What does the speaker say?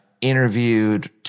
interviewed